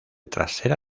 trasera